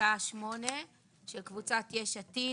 לפסקה 8 של קבוצת יש עתיד,